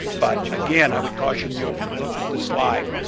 but, again, i would caution you, if you looked at the slide,